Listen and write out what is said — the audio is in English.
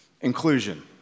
Inclusion